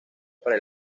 para